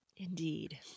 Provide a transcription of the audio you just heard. Indeed